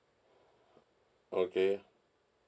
okay